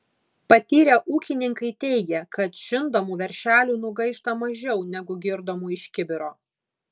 patyrę ūkininkai teigia kad žindomų veršelių nugaišta mažiau negu girdomų iš kibiro